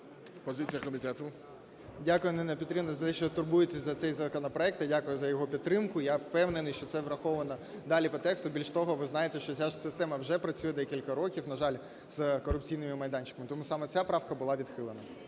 Дякую, Ніна Петрівна, за те, що турбуєтесь за цей законопроект, і дякую за його підтримку. Я впевнений, що це враховано далі по тексту. Більше того, ви знаєте, що ця система вже працює вже декілька років, на жаль, з корупційними майданчиками. Тому саме ця правка була відхилена.